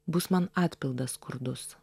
bus man atpildas skurdus